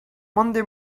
monday